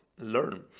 learn